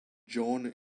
john